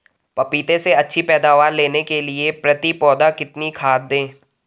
पपीते से अच्छी पैदावार लेने के लिए प्रति पौधा कितनी खाद दें?